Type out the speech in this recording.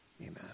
Amen